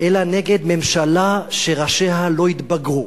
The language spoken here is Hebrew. אלא נגד ממשלה שראשיה לא התבגרו.